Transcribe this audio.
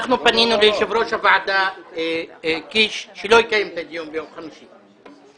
פנינו ליושב-ראש הוועדה קיש שלא יקיים את הדיון ביום חמישי.